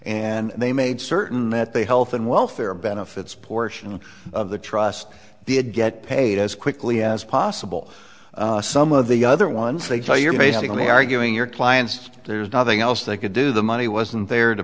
and they made certain that they health and welfare benefits portion of the trust the get paid as quickly as possible some of the other ones they tell you're basically arguing your client's there's nothing else they could do the money wasn't there to